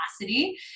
capacity